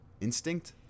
Instinct